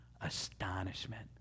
astonishment